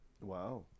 Wow